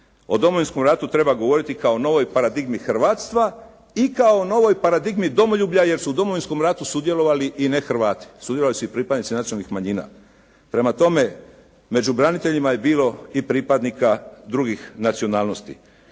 O Domovinskom ratu treba govoriti kao o novoj paradigmi hrvatstva i kao o novoj paradigmi domoljublja jer su u Domovinskom ratu sudjelovali i nehrvati. Sudjelovali su i pripadnici nacionalnih manjina. Prema tome među braniteljima je bilo i pripadnika drugih nacionalnosti